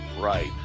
right